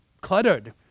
cluttered